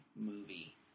movie